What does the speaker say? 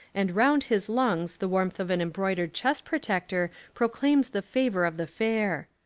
and round his lungs the warmth of an embroidered chest-protector proclaims the favour of the fair.